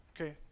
Okay